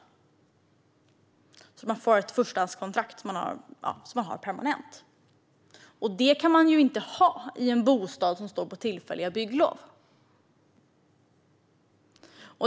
De ska få förstahandskontrakt till permanenta bostäder. Det går inte för en bostad som är uppförd med tillfälligt bygglov.